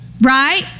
Right